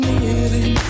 living